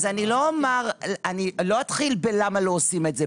אני לא אתחיל בלמה לא עושים את זה,